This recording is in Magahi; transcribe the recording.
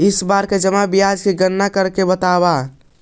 इस बार की जमा ब्याज की गणना करके बतावा